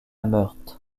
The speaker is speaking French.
meurthe